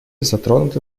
затронуты